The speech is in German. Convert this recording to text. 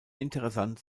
interessant